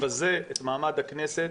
מבזה את מעמד הכנסת,